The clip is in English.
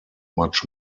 much